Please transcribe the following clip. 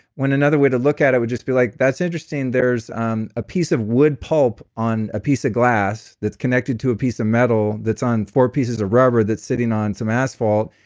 when another way to look at it would just be like, that's interesting. there's a piece of wood pulp on a piece of glass that's connected to a piece of metal that's on four pieces of rubber that's sitting on some asphalt,